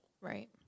Right